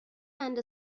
بند